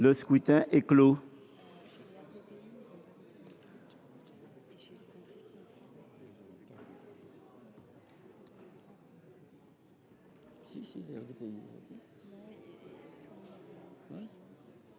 Le scrutin est clos.